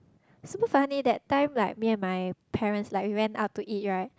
super funny that time like me and my parents like we went out to eat right